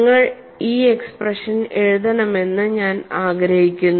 നിങ്ങൾ ഈ എക്സ്പ്രഷൻ എഴുതണമെന്ന് ഞാൻ ആഗ്രഹിക്കുന്നു